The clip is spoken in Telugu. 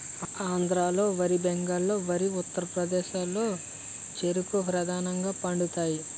ఆంధ్రాలో వరి బెంగాల్లో వరి ఉత్తరప్రదేశ్లో చెరుకు ప్రధానంగా పండుతాయి